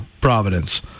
Providence